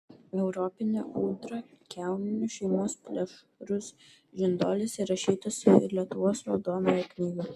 europinė ūdra kiauninių šeimos plėšrus žinduolis įrašytas į lietuvos raudonąją knygą